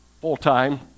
full-time